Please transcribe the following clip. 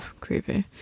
creepy